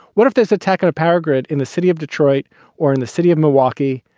what if this attack on a power grid in the city of detroit or in the city of milwaukee,